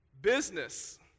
business